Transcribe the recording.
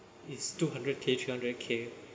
it's two hundred K three hundred K